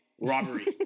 robbery